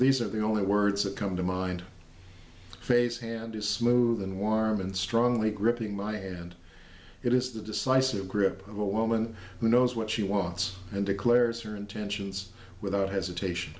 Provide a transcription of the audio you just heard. these are the only words that come to mind face hand is smooth and warm and strongly gripping my hand it is the decisive grip of a woman who knows what she wants and declares her intentions without hesitation